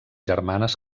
germanes